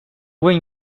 win